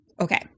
Okay